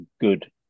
good